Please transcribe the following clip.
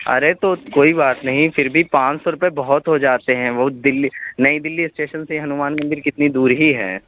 ارے تو کوئی بات نہیں پھر بھی پانچ سو روپے بہت ہو جاتے ہیں وہ دلّی نئی دلّی اسٹیشن سے ہنومان مندر کتنی دور ہی ہے